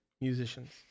musicians